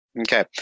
Okay